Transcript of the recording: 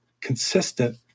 consistent